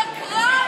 שקרן וצבוע,